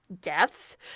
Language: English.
deaths